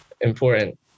Important